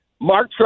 Mark